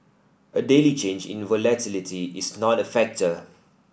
a daily change in volatility is not a factor